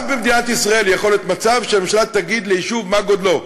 רק במדינת ישראל יכול להיות מצב שהממשלה תגיד ליישוב מה גודלו.